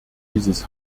dieses